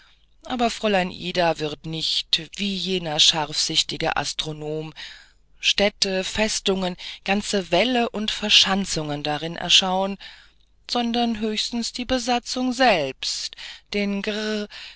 aber fräulein ida wird nicht wie jener scharfsichtige astronom städte festungen ganze wälle und verschanzungen darin erschauen sondern höchstens die besatzung selbst den